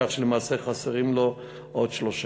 כך שלמעשה חסרים לו עוד שלושה.